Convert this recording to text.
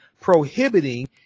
prohibiting